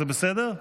זה בסדר?